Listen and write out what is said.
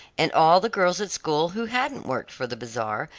and all the girls at school who hadn't worked for the bazaar,